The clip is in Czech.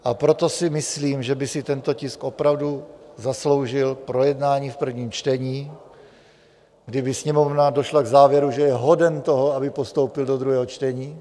A proto si myslím, že by si tento tisk opravdu zasloužil projednání v prvním čtení, kdy by Sněmovna došla k závěru, že je hoden toho, aby postoupil do druhého čtení.